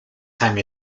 time